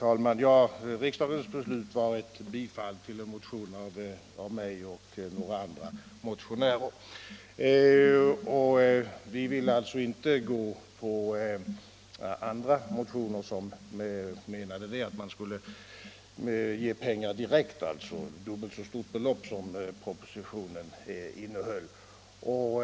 Herr talman! Riksdagens beslut var ett bifall till en motion av mig och några andra motionärer. Vi ville inte ansluta oss till andra motionärer som menade att dubbelt så mycket pengar som propositionen föreslog skulle anslås direkt.